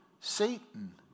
Satan